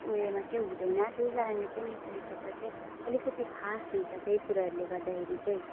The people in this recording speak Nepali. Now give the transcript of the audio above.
उयोमा चाहिँ हुँदैन त्यही कारणले चाहिँ नेपाली शब्द चाहिँ अलिकति खास हुन्छ त्यही कुराहरूले गर्दाखेरि चाहिँ